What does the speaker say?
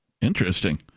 Interesting